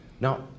Now